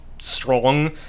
strong